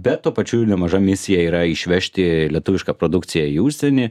bet tuo pačiu ir nemaža misija yra išvežti lietuvišką produkciją į užsienį